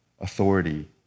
authority